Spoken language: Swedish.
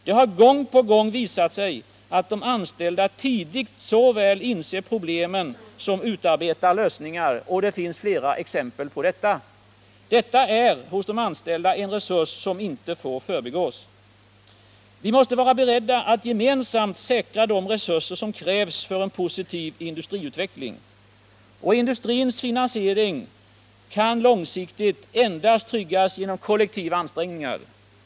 Det har gång på gång visat sig att de anställda tidigt såväl inser problem som utarbetar lösningar. Det finns flera exempel på detta. Detta är en resurs som inte får förbigås. Vi måste vara beredda att gemensamt säkra de resurser som krävs för en positiv industriutveckling. Industrins finansiering kan långsiktigt tryggas endast genom kollektiva ansträngningar.